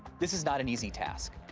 this is not an easy task.